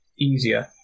easier